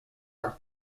are